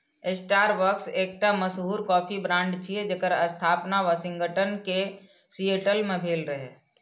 Starbucks एकटा मशहूर coffee brand छियै, जेकर स्थापना वाशिंगटन के सिएटल मे भेल रहै